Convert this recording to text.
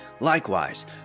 Likewise